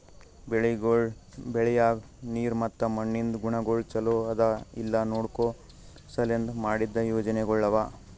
ಬೆಳಿಗೊಳ್ ಬೆಳಿಯಾಗ್ ನೀರ್ ಮತ್ತ ಮಣ್ಣಿಂದ್ ಗುಣಗೊಳ್ ಛಲೋ ಅದಾ ಇಲ್ಲಾ ನೋಡ್ಕೋ ಸಲೆಂದ್ ಮಾಡಿದ್ದ ಯೋಜನೆಗೊಳ್ ಅವಾ